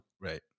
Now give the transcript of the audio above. Right